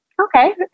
okay